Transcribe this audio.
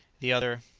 the other.